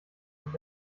und